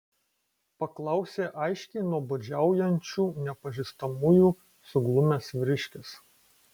paklausė aiškiai nuobodžiaujančių nepažįstamųjų suglumęs vyriškis